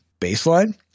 baseline